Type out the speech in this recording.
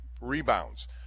rebounds